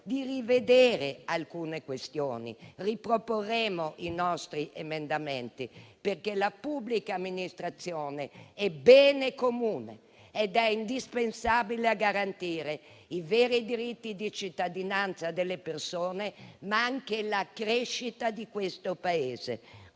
di rivedere alcune questioni. Noi riproporremo i nostri emendamenti, perché la pubblica amministrazione è bene comune, indispensabile a garantire i veri diritti di cittadinanza delle persone, ma anche la crescita di questo Paese.